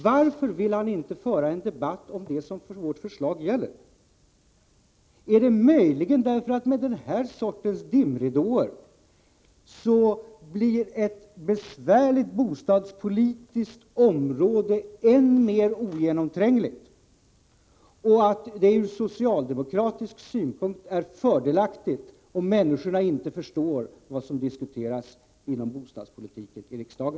Varför vill han inte diskutera det som vårt förslag gäller? Är det möjligen därför att ett besvärligt bostadspolitiskt område med denna sorts dimridåér blir än mer ogenomträngligt och att det ur socialdemokratisk synvinkel är fördelaktigt om människorna inte förstår vad som i riksdagen diskuteras inom bostadspolitikens område?